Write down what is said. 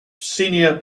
senior